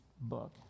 book